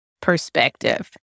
perspective